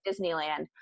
Disneyland